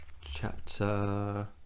chapter